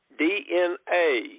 DNA